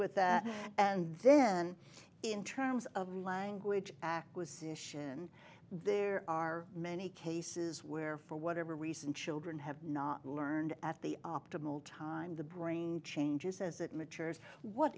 with that and then in terms of language acquisition there are many cases where for whatever reason children have not learned at the optimal time the brain changes as it matures what